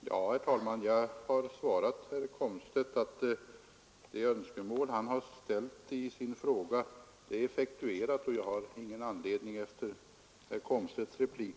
Herr talman! Jag har svarat herr Komstedt att det önskemål han framfört i sin fråga är effektuerat, och jag har ingen anledning att ändra på mitt svar efter herr Komstedts replik.